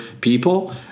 people